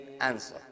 answer